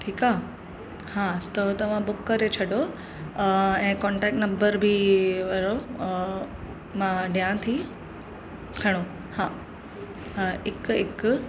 ठीकु आहे हा त तव्हां बुक करे छॾो ऐं कॉन्टेक्ट नंबर बि इहे वारो मां ॾेयां थी खणो हा हा हिकु हिकु